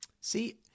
See